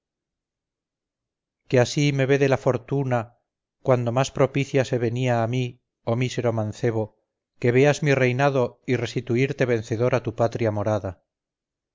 que así me vede la fortuna cuando más propicia se venía a mí oh mísero mancebo que veas mi reinado y restituirte vencedor a tu patria morada